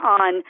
on